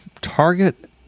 target